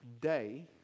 day